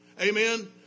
Amen